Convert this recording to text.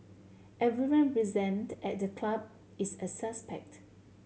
everyone present at the club is a suspect